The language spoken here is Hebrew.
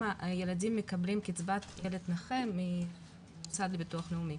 ילדים מקבלים קצבת ילד נכה מהמוסד לביטוח לאומי,